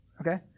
Okay